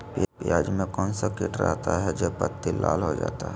प्याज में कौन सा किट रहता है? जो पत्ती लाल हो जाता हैं